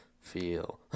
Feel